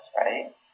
right